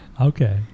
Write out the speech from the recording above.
okay